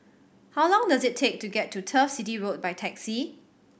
how long does it take to get to Turf City Road by taxi